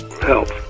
help